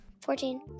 Fourteen